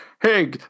Hey